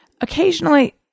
occasionally